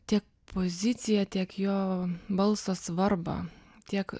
tiek poziciją tiek jo balso svarbą tiek